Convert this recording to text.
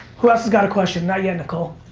who else has got a question. not yet, nicole.